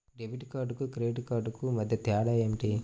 Debit కార్డుకు credit credit కార్డుకు మధ్య తేడా ఏమిటీ?